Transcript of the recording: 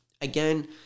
Again